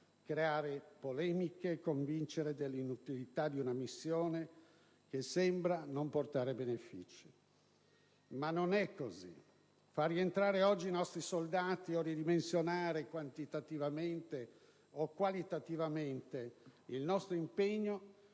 creare polemiche, convincendosi dell'inutilità di una missione che sembra non portare benefìci. Ma non è così. Far rientrare oggi i nostri soldati o ridimensionare quantitativamente o qualitativamente il nostro impegno